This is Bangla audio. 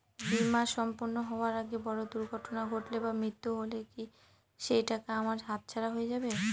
বীমা সম্পূর্ণ হওয়ার আগে বড় দুর্ঘটনা ঘটলে বা মৃত্যু হলে কি সেইটাকা আমার হাতছাড়া হয়ে যাবে?